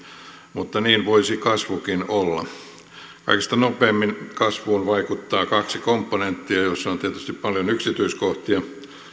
mutta niin voisi kasvukin olla kaikista nopeimmin kasvuun vaikuttaa kaksi komponenttia joissa on tietysti paljon yksityiskohtia